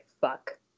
fuck